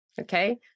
Okay